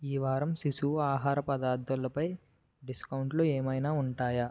ఈ వారం శిశువు ఆహార పదార్థాలపై డిస్కౌంట్లు ఏమైనా ఉంటాయా